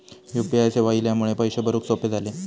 U P I सेवा इल्यामुळे पैशे भरुक सोपे झाले